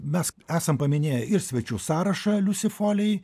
mes esam paminėję ir svečių sąrašą liusi folei